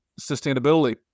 sustainability